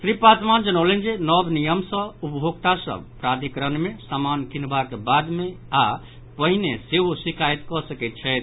श्री पासवान जनौलनि जे नव नियम सॅ उपभोक्ता सभ प्राधिकरण मे सामान किनबाक बाद मे आ पहिने सेहो शिकायत कऽ सकैत छथि